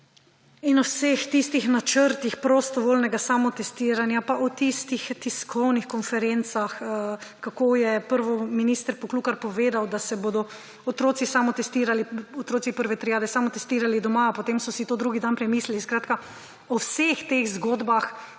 in o vseh tistih načrtih prostovoljnega samotestiranja, pa o tistih tiskovnih konferencah, kako je prvo minister Poklukar povedal, da se bodo otroci samotestirali, otroci prve triade samotestirali doma, potem so si to drugi dan premislili. Skratka, o vseh teh zgodbah,